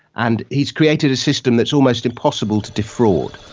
and he's created a system that is almost impossible to defraud.